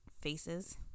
faces